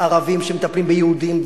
ערבים שמטפלים ביהודים,